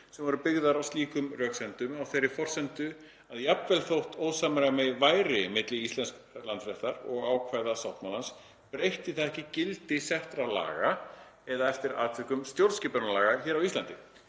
sem voru byggðar á slíkum röksemdum, á þeirri forsendu að jafnvel þótt ósamræmi væri milli íslensks landsréttar og ákvæða sáttmálans breytti það ekki gildi settra laga eða eftir atvikum stjórnskipunarlaga hér á landi.